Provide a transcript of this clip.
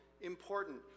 important